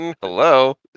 hello